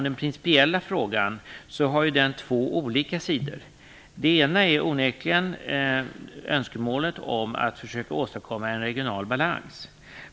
Den principiella frågan har två olika sidor. Den ena handlar onekligen om önskemålet att försöka åstadkomma en regional balans.